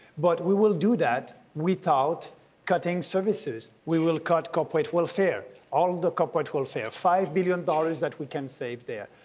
but we will do that without cutting services. we will cut corporate welfare. all the corporate welfare. five billion dollars that we can save there.